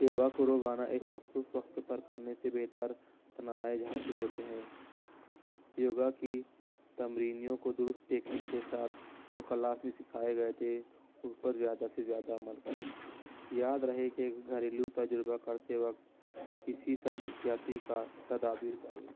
یوگا کو روزانہ ایک مخصوص وقت پر کرنے سے بہتر نتائج حاصل ہوتے ہیں یوگا کی تمرینیوں کو درست ٹیکنیک کے ساتھ جو کلاس میں سکھائے گئے تھے اس پر زیادہ سے زیادہ عمل کریں یاد رہے کہ گھریلو تجربہ کرتے وقت اسی سب احتیاطی کا تدابیر کریں